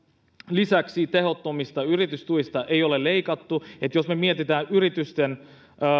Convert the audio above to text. lisäksi tehottomista yritystuista ei ole leikattu jos me mietimme yritysten